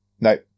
No